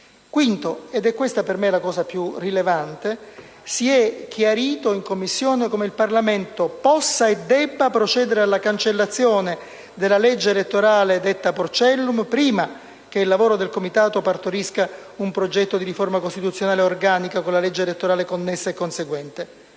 - ed è questa per me la questione più rilevante - si è chiarito in Commissione come il Parlamento possa e debba procedere alla cancellazione della legge elettorale detta "porcellum" prima che il lavoro del Comitato partorisca un progetto di riforma costituzionale organico, con la legge elettorale connessa e conseguente.